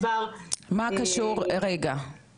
מה קשור משרד החוץ בסיפור הזה?